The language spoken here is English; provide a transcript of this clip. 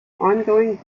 ongoing